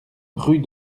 rue